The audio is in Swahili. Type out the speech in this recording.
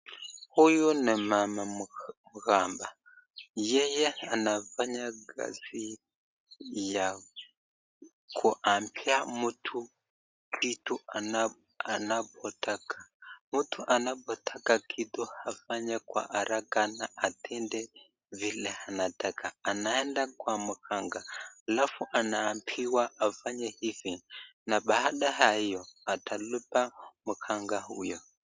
Huyu ni mama mganga, yeye anafanya kazi ya kuambia mtu kitu anapotaka, mtu anapotaka kitu afanye kwa haraka na atende vile anataka. Anaenda kwa mganga halafu anaambiwa afanye hivi na baada ya hiyo atalipa mganga huyo.